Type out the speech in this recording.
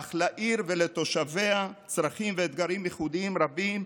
אך לעיר ולתושביה צרכים ואתגרים ייחודיים רבים,